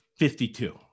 52